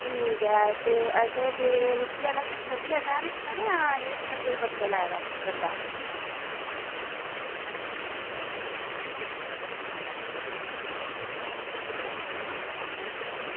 ठीक ऐ ते असें केह् रुट्टी आह्ला सिस्टम बी असें दिक्खना जां एह् बक्खरा लाए दा बंदा